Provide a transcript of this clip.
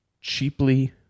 cheaply